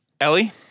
Ellie